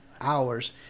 hours